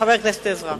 חבר הכנסת עזרא,